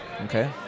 okay